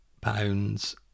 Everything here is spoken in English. pounds